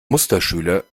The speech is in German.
musterschüler